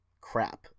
crap